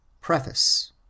Preface